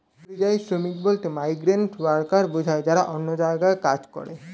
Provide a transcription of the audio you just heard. পরিযায়ী শ্রমিক বলতে মাইগ্রেন্ট ওয়ার্কার বোঝায় যারা অন্য জায়গায় কাজ করে